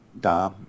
da